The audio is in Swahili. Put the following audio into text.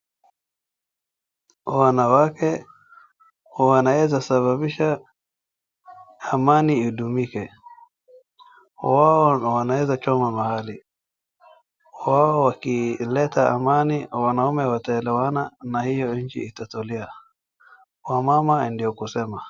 Wanawake wanaeza sababisha amani idumike. Wao wanaeza choma mahali. Wao wakileta amani wanaume wataelewana na hio nchi itatulia. Wamama ndio kusema.